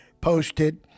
posted